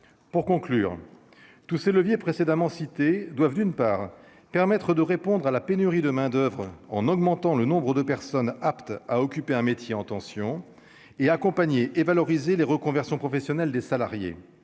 pour conclure tous ces leviers précédemment cités doivent d'une part, permettre de répondre à la pénurie de main-d'oeuvre en augmentant le nombre de personnes aptes à occuper un métier en tension et accompagnée et valoriser les reconversions professionnelles des salariés